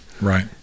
Right